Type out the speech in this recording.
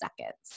seconds